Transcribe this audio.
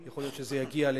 פה, וכדאי להדגיש את זה שוב: